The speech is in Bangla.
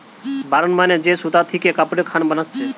বার্ন মানে যে সুতা থিকে কাপড়ের খান বানাচ্ছে